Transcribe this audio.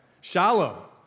Shallow